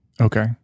Okay